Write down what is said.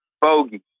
Bogey